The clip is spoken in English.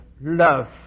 love